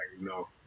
no